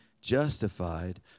justified